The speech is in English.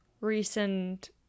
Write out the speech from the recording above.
recent